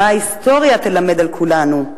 מה ההיסטוריה תלמד על כולנו?